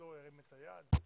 בחירתו ירים את היד.